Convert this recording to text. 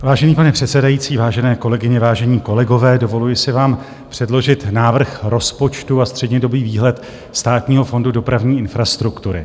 Vážený pane předsedající, vážené kolegyně, vážení kolegové, dovoluji si vám předložit návrh rozpočtu a střednědobý výhled Státního fondu dopravní infrastruktury.